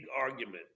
argument